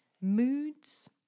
moods